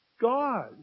God